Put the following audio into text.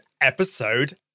episode